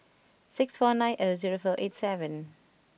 six four nine zero zero four eight seven